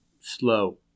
slow